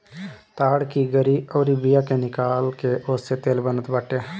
ताड़ की गरी अउरी बिया के निकाल के ओसे तेल बनत बाटे